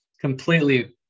completely